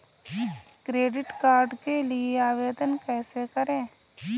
Credit card के लिए आवेदन कैसे करें?